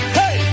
hey